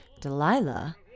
Delilah